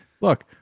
look